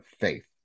Faith